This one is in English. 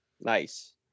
Nice